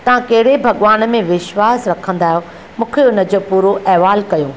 तव्हां कहिड़े भॻवान में विश्वासु रखंदा आहियो मूंखे हुनजो पूरो अहिवालु कयो